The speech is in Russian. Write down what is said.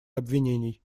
обвинений